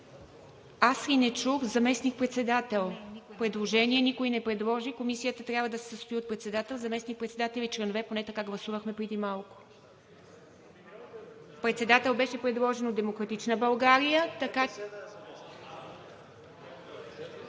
предложение за заместник-председател? Никой не предложи. Комисията трябва да се състои от председател, заместник-председател и членове – поне така гласувахме преди малко. Председател беше предложен от „Демократична България“.